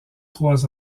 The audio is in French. trois